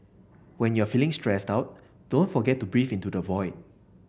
when you are feeling stressed out don't forget to breathe into the void